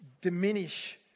diminish